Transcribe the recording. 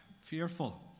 fearful